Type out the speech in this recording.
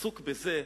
עסוק בזה,